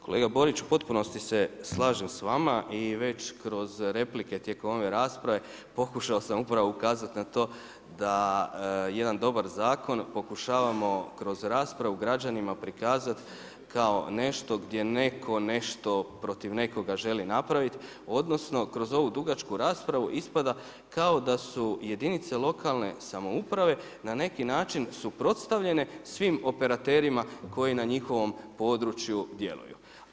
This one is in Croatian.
Kolega Boriću u potpunosti se slažem s vama i već kroz replike tijekom ove rasprave pokušao sam upravo ukazati na to da jedan dobar zakon pokušavamo kroz raspravu građanima prikazati kao nešto gdje neko nešto protiv nekoga želi napraviti odnosno kroz ovu dugačku raspravu ispada kao da su jedinica lokalne samouprave na neki način suprotstavljene svim operaterima koji na njihovom području djeluju.